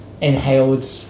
inhaled